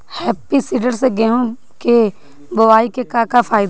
Happy seeder से गेहूं बोआई के का फायदा बा?